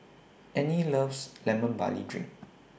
Anne loves Lemon Barley Drink